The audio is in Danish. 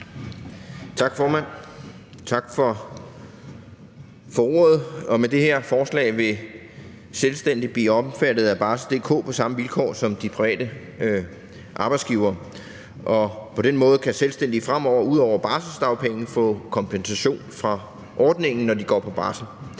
Tak for ordet, formand. Med det her forslag vil selvstændige blive omfattet af Barsel.dk på samme vilkår som de private arbejdsgivere, og på den måde kan selvstændige fremover ud over barselsdagpenge få kompensation fra ordningen, når de går på barsel.